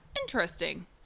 interesting